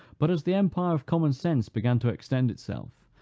but as the empire of common sense began to extend itself,